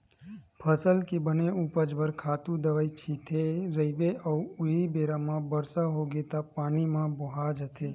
फसल के बने उपज बर खातू दवई छिते रहिबे अउ उहीं बेरा म बरसा होगे त पानी म बोहा जाथे